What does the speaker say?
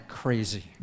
crazy